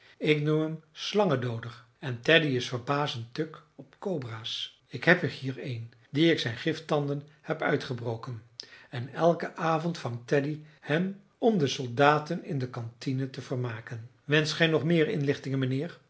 ik noem hem slangendooder en teddy is verbazend tuk op cobra's ik heb er hier een dien ik zijn gifttanden heb uitgebroken en elken avond vangt teddy hem om de soldaten in de cantine te vermaken wenscht gij nog meer inlichtingen mijnheer